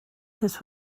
this